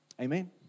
Amen